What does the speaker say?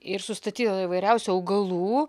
ir sustatyta įvairiausių augalų